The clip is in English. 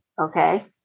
Okay